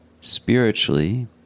spiritually